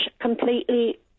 completely